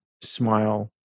smile